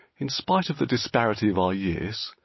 in spite of the disparity of our years,